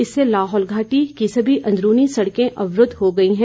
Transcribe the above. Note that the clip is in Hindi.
इससे लाहौल घाटी की सभी अंदरूनी सड़कें अवरूद्व हो गई हैं